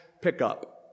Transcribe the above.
pickup